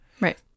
Right